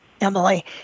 Emily